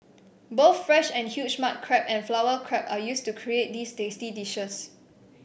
both fresh and huge mud crab and flower crab are used to create these tasty dishes